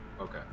okay